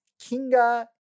Kinga